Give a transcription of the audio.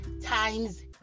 times